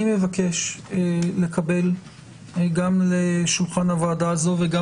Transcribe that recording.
לכן אני מבקש לקבל גם לשולחן הוועדה הזאת וגם